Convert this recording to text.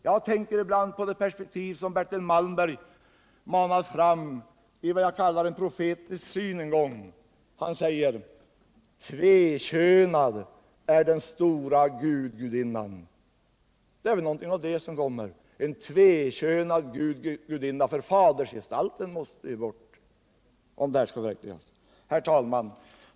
Jag tänker ibland på det perspektiv som Bertil Malmberg manade fram i vad jag kallar en profetisk syn en gång: ”Tvekönad är den stora gud-gudinnan.” Det är väl någonting av det som kommer — en tvåkönad gud-gudinna — för fadersgestalten måste ju bort om det här skall förverkligas. Herr talman!